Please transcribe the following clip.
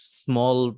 small